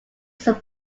some